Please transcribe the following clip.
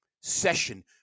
Session